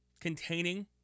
containing